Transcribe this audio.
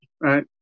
Right